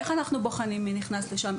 איך אנחנו בוחנים מי נכנס לשם?